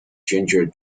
ginger